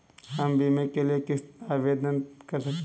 हम बीमे के लिए किस तरह आवेदन कर सकते हैं?